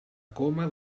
coma